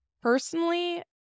personally